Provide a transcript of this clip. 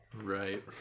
Right